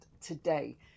today